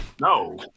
No